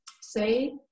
say